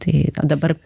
tai o dabar